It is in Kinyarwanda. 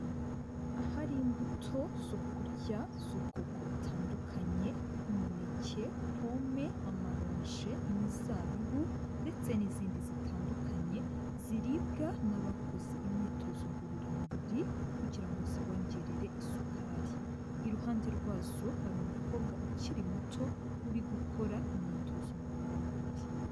Ahari imbuto zo kurya z'ubwoko butandukanye nk'umuneke, pome, amaronji, imizabibu ndetse n'izindi zitandukanye ziribwa n'abakoze imyitozo ngororamubiri kugira ngo zibongerere isukari. Iruhande rwazo hari umukobwa ukiri muto uri gukora imyitozo ngororamubiri.